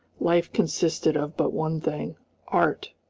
life consisted of but one thing art.